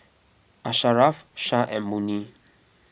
Asharaff Shah and Murni